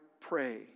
pray